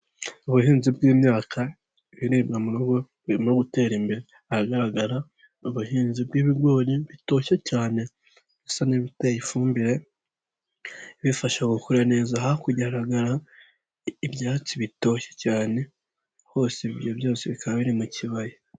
Ubuhinzi bw'imyaka, ibiribwa mu rugo birimo gutera imbere. Ahagaragara ubuhinzi bw'ibigori bitoshye cyane, bisa n'ibiteye ifumbire, bifasha gukora neza, hakurya hagaragara ibyatsi bitoshye cyane, hose ibyo byose bikaba biri mu kibaya.